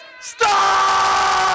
stop